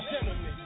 gentlemen